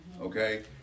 okay